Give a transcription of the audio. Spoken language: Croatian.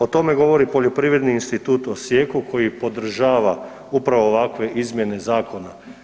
O tome govori Poljoprivredni institut u Osijeku koji podržava upravo ovakve izmjene zakona.